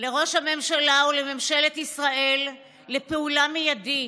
לראש הממשלה ולממשלת ישראל לפעולה מיידית.